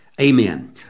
Amen